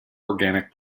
organic